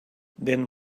then